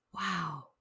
Wow